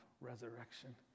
resurrection